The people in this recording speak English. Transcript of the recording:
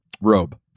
robe